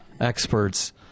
experts